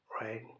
right